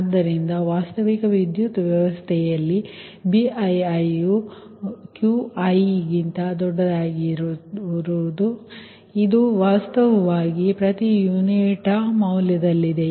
ಆದ್ದರಿಂದ ವಾಸ್ತವಿಕ ವಿದ್ಯುತ್ ವ್ಯವಸ್ಥೆಯಲ್ಲಿ BiiQi ನೆನಪಿಡಿ ಇದು ವಾಸ್ತವವಾಗಿ ಪ್ರತಿ ಯುನಿಟ್ ಮೌಲ್ಯದಲ್ಲಿದೆ